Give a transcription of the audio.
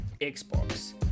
Xbox